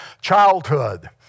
childhood